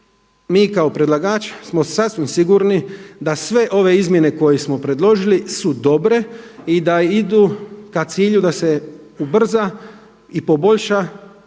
mi kao predlagač smo sasvim sigurni da sve ove izmjene koje smo predložili su dobre i da idu k cilju da se ubrza i poboljša,